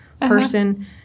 person